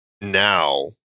now